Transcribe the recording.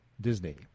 Disney